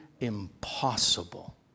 impossible